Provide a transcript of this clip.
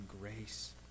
grace